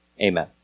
Amen